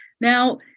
Now